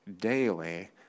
daily